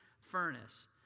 furnace